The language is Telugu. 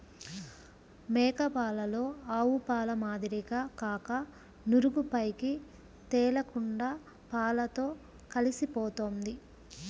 మేక పాలలో ఆవుపాల మాదిరిగా కాక నురుగు పైకి తేలకుండా పాలతో కలిసిపోతుంది